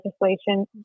legislation